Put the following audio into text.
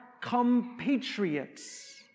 compatriots